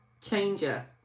changer